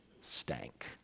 stank